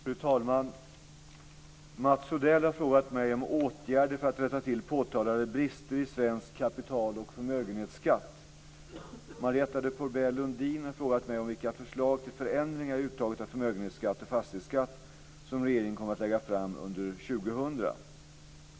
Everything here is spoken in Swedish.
Fru talman! Mats Odell har frågat mig om åtgärder för att rätta till påtalade brister i svensk kapitaloch förmögenhetsskatt. Marietta de Pourbaix-Lundin har frågat mig vilka förslag till förändringar i uttaget av förmögenhetsskatt och fastighetsskatt som regeringen kommer att lägga fram under 2000.